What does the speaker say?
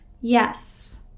yes